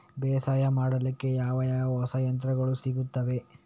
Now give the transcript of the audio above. ಬೇಸಾಯ ಮಾಡಲಿಕ್ಕೆ ಯಾವ ಯಾವ ಹೊಸ ಯಂತ್ರಗಳು ಸಿಗುತ್ತವೆ?